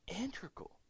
integral